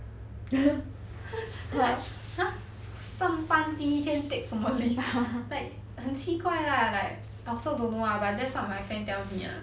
!huh! 上班第一天 take 什么 leave like 很奇怪 lah like I also don't know lah but that's what my friend tell me lah